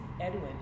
Edwin